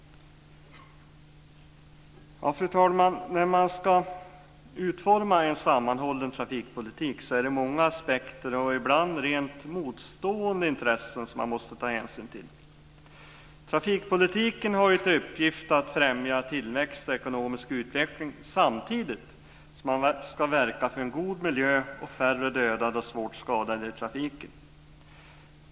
Fru talman! När man ska utforma en sammanhållen trafikpolitik är det många aspekter och ibland rent motstående intressen som man måste ta hänsyn till. Trafikpolitiken har till uppgift att främja tillväxt och ekonomisk utveckling samtidigt som man ska verka för en god miljö och färre dödade och svårt skadade i trafiken.